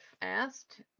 asked